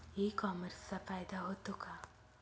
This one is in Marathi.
ई कॉमर्सचा फायदा होतो का?